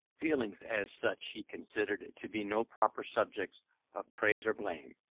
feelings, as such, he considered to be no proper subjects of praise or blame.